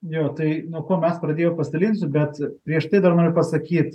jo tai nuo ko mes pradėjom pasidalinsiu bet prieš tai dar noriu pasakyt